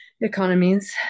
economies